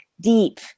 deep